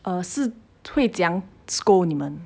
um 是会这样 scold 你们